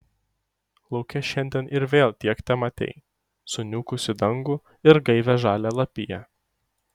lauke šiandien ir vėl tiek tematei suniukusį dangų ir gaivią žalią lapiją